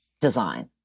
design